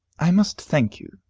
i must thank you,